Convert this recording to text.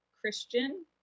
Christian